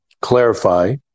clarify